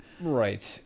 Right